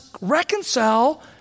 reconcile